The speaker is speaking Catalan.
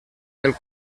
del